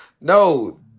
No